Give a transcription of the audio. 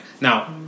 Now